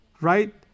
Right